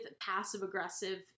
passive-aggressive